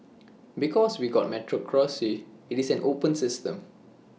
because we've got A meritocracy IT is an open system